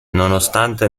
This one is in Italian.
nonostante